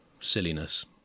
silliness